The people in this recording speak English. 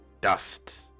dust